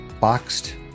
boxed